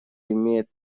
имеет